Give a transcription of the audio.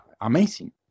amazing